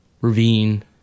ravine